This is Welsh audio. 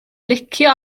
licio